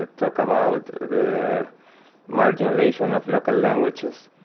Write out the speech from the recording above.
ah talk about the marginalization of local languages,